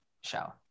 show